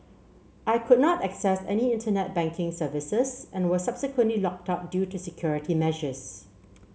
I could not access any Internet banking services and was subsequently locked out due to security measures